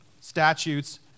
statutes